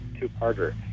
two-parter